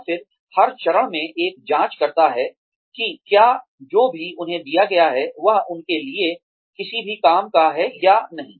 और फिर हर चरण में एक जाँच करता है कि क्या जो भी उन्हें दिया गया है वह उनके लिए है किसी भी काम का है या नहीं